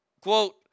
Quote